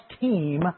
team